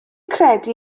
credu